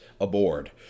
aboard